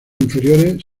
inferiores